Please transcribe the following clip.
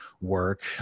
work